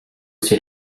c’est